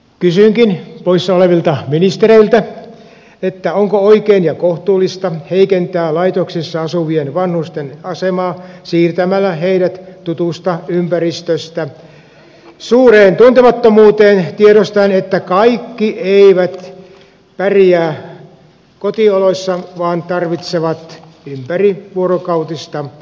kysynkin poissa olevilta ministereiltä onko oikein ja kohtuullista heikentää laitoksissa asu vien vanhusten asemaa siirtämällä heidät tutusta ympäristöstä suureen tuntemattomuuteen tiedostaen että kaikki eivät pärjää kotioloissa vaan tarvitsevat ympärivuorokautista laitos tai vastaavaa hoitoa